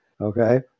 okay